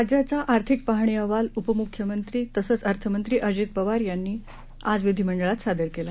राज्याचा आर्थिक पाहणी अहवाल उपमुख्यमंत्री अर्थमंत्री अजित पवार यांनी आज विधीमंडळात सादर केला